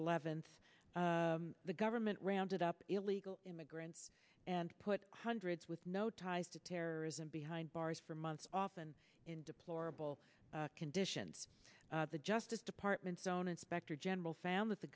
eleventh the government rounded up illegal immigrants and put hundreds with no ties to terrorism behind bars for months often in deplorable conditions the justice department's own inspector general found that the